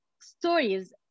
stories